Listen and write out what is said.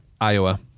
Iowa